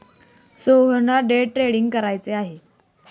सोहनला day trading करायचे आहे